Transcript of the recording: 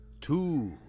Two